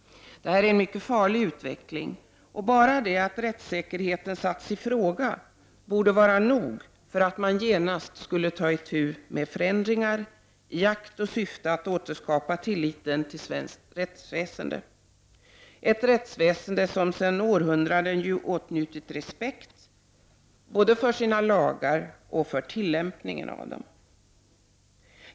Detta är en farlig utveckling, och bara det faktum att rättssäkerheten satts i fråga borde vara nog för att genast ta itu med förändringar i akt och mening att återskapa tilliten till svenskt rättsväsende — som sedan århundraden tillbaka har åtnjutit respekt för såväl sina lagar som tillämpningen av dem.